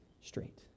straight